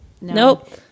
Nope